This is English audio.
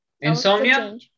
Insomnia